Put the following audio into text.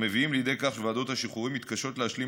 המביאים לידי כך שוועדות השחרורים מתקשות להשלים